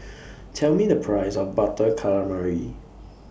Tell Me The Price of Butter Calamari